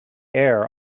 air